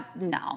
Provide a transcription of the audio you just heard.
no